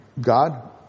God